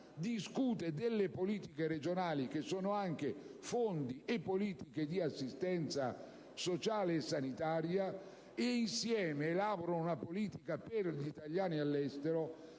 discutono delle politiche regionali, che riguardano anche fondi e politiche di assistenza sociale e sanitaria, e insieme elaborano una politica per gli italiani all'estero